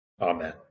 Amen